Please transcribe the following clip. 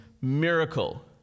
miracle